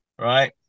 right